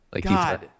God